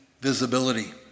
visibility